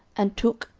and took,